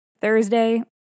Thursday